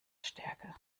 stärke